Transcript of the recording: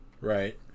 Right